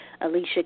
Alicia